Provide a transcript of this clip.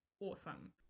awesome